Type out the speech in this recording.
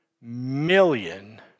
million